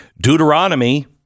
Deuteronomy